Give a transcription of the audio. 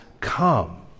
come